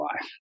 life